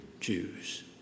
Jews